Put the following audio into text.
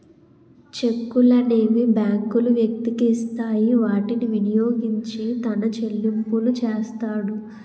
చెక్కులనేవి బ్యాంకులు వ్యక్తికి ఇస్తాయి వాటిని వినియోగించి తన చెల్లింపులు చేస్తాడు